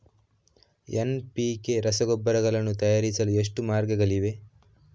NPK ರಸಗೊಬ್ಬರಗಳನ್ನು ತಯಾರಿಸಲು ಎಷ್ಟು ಮಾರ್ಗಗಳಿವೆ?